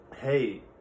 hey